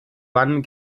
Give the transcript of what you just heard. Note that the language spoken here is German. wann